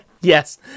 Yes